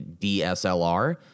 DSLR